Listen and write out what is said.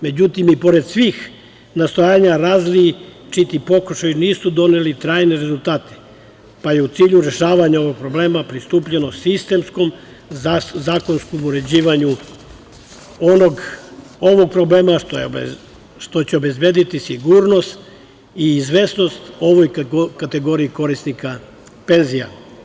Međutim, i pored svih nastojanja, različiti pokušaji nisu doneli trajne rezultate, pa je u cilju rešavanja ovog problema pristupljeno sistemskom zakonskom uređenju ovog problema, što će obezbediti sigurnost i izvesnost kategoriji korisnika penzija.